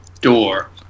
Door